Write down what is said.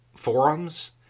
forums